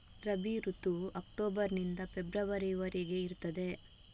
ರಬಿ ಋತುವು ಅಕ್ಟೋಬರ್ ನಿಂದ ಫೆಬ್ರವರಿ ವರೆಗೆ ಇರ್ತದೆ